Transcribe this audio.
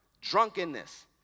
drunkenness